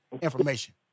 information